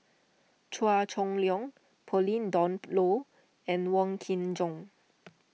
Chua Chong Long Pauline Dawn Loh and Wong Kin Jong